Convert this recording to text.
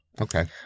Okay